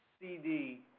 CD